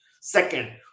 Second